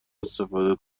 استفاده